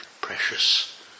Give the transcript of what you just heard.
precious